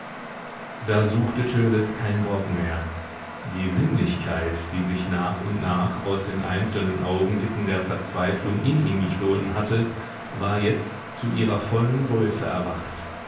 da suchte törleß kein wort mehr die sinnlichkeit die sich nach und nach aus den einzelnen augenblicken der verzweiflung in ihn gestohlen hatte war jetzt zu ihrer vollen größe erwacht